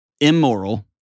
immoral